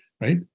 Right